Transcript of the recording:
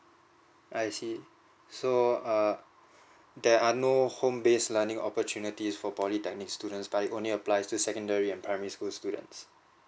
I see so err there are no home based learning opportunities for polytechnic students but it only applies to secondary and primary school students